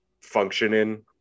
functioning